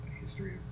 history